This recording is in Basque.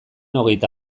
hogeita